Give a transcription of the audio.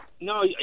No